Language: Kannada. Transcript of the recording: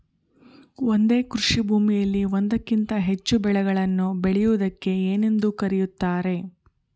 ಒಂದೇ ಕೃಷಿಭೂಮಿಯಲ್ಲಿ ಒಂದಕ್ಕಿಂತ ಹೆಚ್ಚು ಬೆಳೆಗಳನ್ನು ಬೆಳೆಯುವುದಕ್ಕೆ ಏನೆಂದು ಕರೆಯುತ್ತಾರೆ?